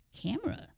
camera